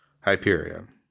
Hyperion